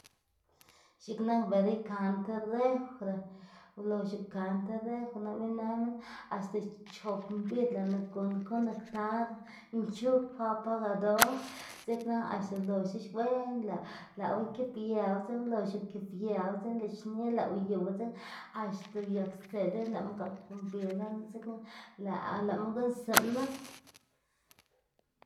X̱iꞌk nak bela ikaná ti refri ulox ukaná ti refri nap inë minn axta chop mbidz lëꞌná guꞌnn conectar nchuf kwa pagador dzekna axta ulox wen lëꞌwu ikëbiëwu dzekna ulox ukebiëwu dzekna lëꞌ xni lëꞌ uyu dzekna axta uyak stse dzekna lëꞌwu gak mbi lën dzekna lëꞌ lëꞌma guꞌnnstiꞌnu.